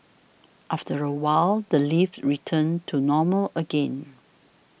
after a while the lift returned to normal again